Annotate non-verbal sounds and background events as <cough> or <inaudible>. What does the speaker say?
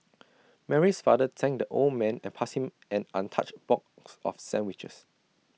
<noise> Mary's father thanked the old man and passed him an untouched box of sandwiches